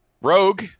Rogue